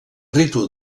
ritu